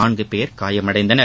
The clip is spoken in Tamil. நான்கு பேர் காயமடைந்தனர்